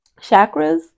chakras